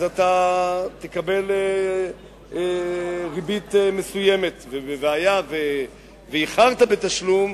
אז אתה תקבל ריבית מסוימת, והיה ואיחרת בתשלום,